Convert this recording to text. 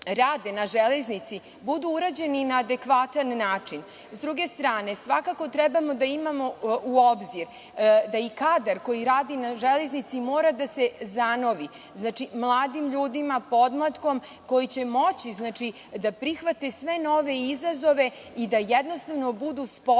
na železnici treba da budu urađeni na adekvatan način. S druge strane, svakako treba da uzmemo u obzir da i kadar koji radi na železnici mora da se zanovi mladim ljudima, podmlatkom, koji će moći da prihvate sve nove izazove i da jednostavno budu sposobni